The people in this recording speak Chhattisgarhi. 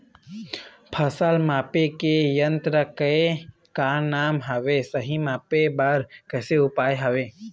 फसल मापे के यन्त्र के का नाम हवे, सही मापे बार कैसे उपाय हवे?